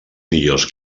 millors